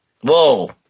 Whoa